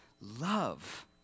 love